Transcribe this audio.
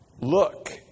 look